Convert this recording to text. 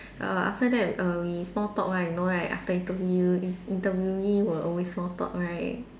err after that err we small talk right you know right after interview in~ interviewee will always small talk right